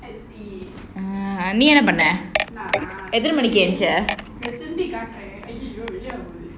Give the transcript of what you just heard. நீ என்ன பண்ண நானா எத்தன மணிக்கு எந்திரிச்ச:nee enna pannaa naanaa ethana manikku enthiricha !aiyoyo! இல்லையா உனது:illayaa unathu